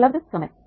उपलब्ध समय